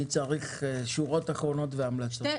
אני רוצה להגיע לשורות התחתונות ולהמלצות.